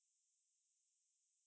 well it's a toyota supra